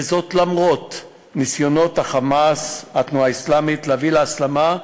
וזאת למרות ניסיונות ה"חמאס" והתנועה האסלאמית להביא להסלמה,